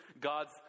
God's